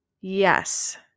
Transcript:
yes